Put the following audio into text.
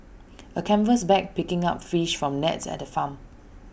A canvas bag picking up fish from nets at A farm